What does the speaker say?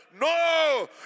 no